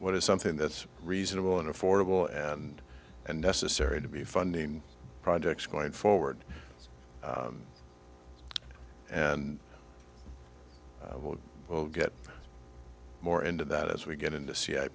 what is something that's reasonable and affordable and unnecessary to be funding projects going forward and we'll get more into that as we get into c i